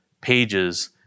pages